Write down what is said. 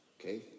Okay